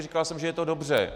Říkal jsem, že je to dobře.